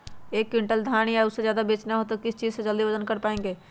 एक क्विंटल धान या उससे ज्यादा बेचना हो तो किस चीज से जल्दी वजन कर पायेंगे?